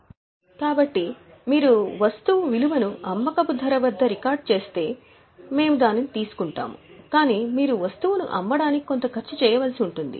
slide సమయం చూడండి 0949 కాబట్టి మీరు వస్తువు విలువను అమ్మకపు ధర వద్ద రికార్డ్ చేస్తే మేము దానిని తీసుకుంటాము కాని మీరు వస్తువును అమ్మడానికి కొంత ఖర్చు చేయాల్సి ఉంటుంది